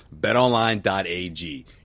betonline.ag